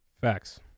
facts